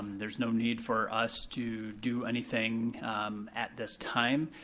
there's no need for us to do anything at this time.